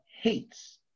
hates